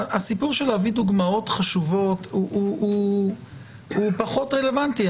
הסיפור של להביא דוגמאות חשובות הוא פחות רלוונטי.